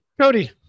cody